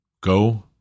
Go